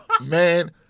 Man